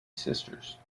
sisters